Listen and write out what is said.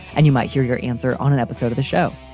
and you might hear your answer on an episode of the show.